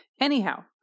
Anyhow